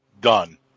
done